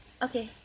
okay